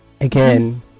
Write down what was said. Again